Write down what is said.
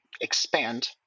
expand